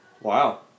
Wow